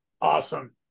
Awesome